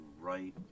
right